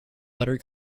butter